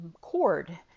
cord